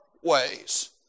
ways